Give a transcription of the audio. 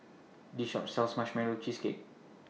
This Shop sells Marshmallow Cheesecake